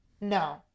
no